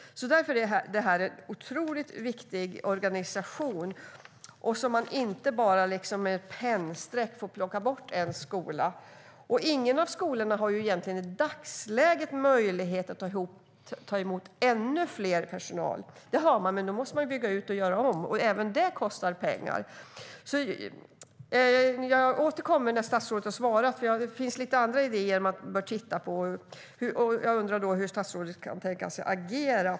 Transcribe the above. Därför är det här en otroligt viktig organisation som inte får plockas bort med bara ett pennstreck. Egentligen har ingen av skolorna i dagsläget möjlighet att ta emot ännu mer personal. De har det, men då måste de bygga ut och göra om. Och även det kostar pengar. När statsrådet har svarat ska jag återkomma med lite andra idéer om vad man bör titta på. Jag undrar hur statsrådet kan tänka sig att agera.